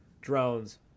drones